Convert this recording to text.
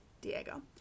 Diego